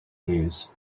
news